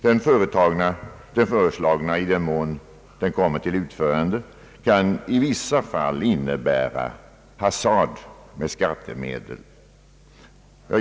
Den föreslagna metoden för bidragsgivning kan, i den mån den kommer till utförande, i vissa fall innebära hasard med skattemedel. Herr talman!